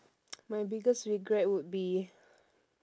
my biggest regret would be